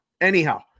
Anyhow